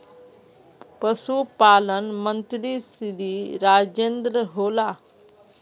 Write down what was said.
पशुपालन मंत्री श्री राजेन्द्र होला?